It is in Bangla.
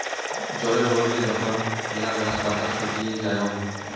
জলের অভাবে যখন মেলা গাছ পাতা শুকিয়ে যায়ং